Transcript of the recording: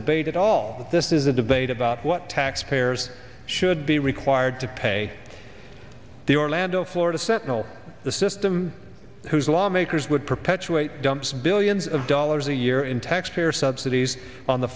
debate at all this is a debate about what taxpayers should be required to pay the orlando florida sentinel the system whose lawmakers would perpetuate dumps billions of dollars a year in taxpayer subsidies on the